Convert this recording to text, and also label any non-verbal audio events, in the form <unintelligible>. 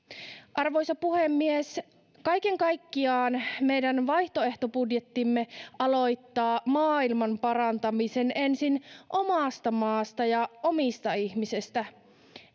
arvoisa puhemies kaiken kaikkiaan <unintelligible> meidän vaihtoehtobudjettimme aloittaa maailmanparantamisen ensin omasta maasta ja omista ihmisistä